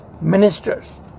ministers